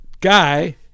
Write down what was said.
guy